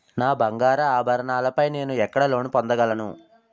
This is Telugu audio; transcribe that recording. నా బంగారు ఆభరణాలపై నేను ఎక్కడ లోన్ పొందగలను?